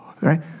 Right